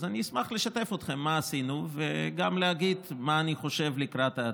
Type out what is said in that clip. אז אני אשמח לשתף אתכם במה שעשינו וגם להגיד מה אני חושב לקראת העתיד.